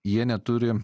jie neturi